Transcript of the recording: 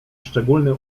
szczególny